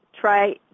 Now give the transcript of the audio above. try